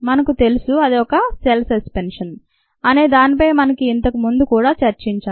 మనకు తెలుసు అది ఒక సెల్ సస్పెన్షన్ అనే దానిపై మనము ఇంతకు ముందు కూడా చర్చించాం